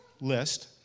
list